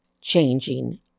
changing